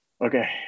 Okay